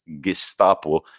Gestapo